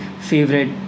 favorite